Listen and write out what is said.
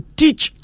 teach